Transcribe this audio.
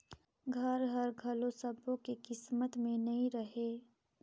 घर हर घलो सब्बो के किस्मत में नइ रहें